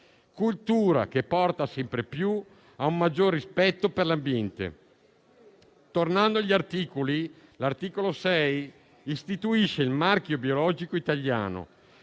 cultura che porta sempre più a un maggior rispetto per l'ambiente. Tornando al testo del provvedimento, l'articolo 6 istituisce il marchio biologico italiano